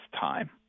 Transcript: time